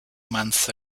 months